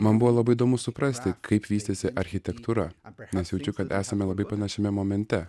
man buvo labai įdomu suprasti kaip vystėsi architektūra nes jaučiu kad esame labai panašiame momente